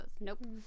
Nope